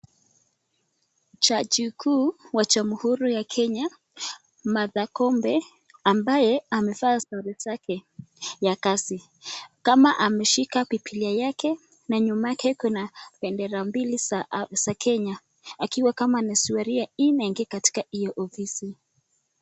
Jaji kuu wa jaji ya kenya. Martha Koome ambaye amevaa sare zake za kazi kama ameshika bibilia yake na nyuma yake kuna bendera mbili za kenya akiwa ni kama swearing in anaingia katika hiyo ofisi.